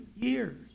years